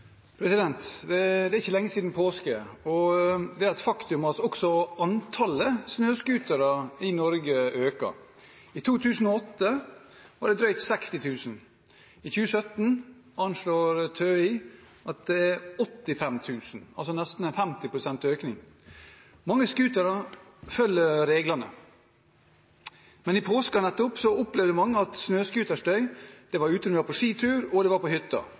Det er ikke lenge siden påske, og det er et faktum at også antallet snøscootere i Norge øker. I 2008 var det drøyt 60 000, i 2017 anslår TØI at det er 85 000, altså nesten 50 pst. økning. Mange scootere følger reglene, men nettopp i påsken opplevde mange snøscooterstøy ute på skitur og på hytta. Det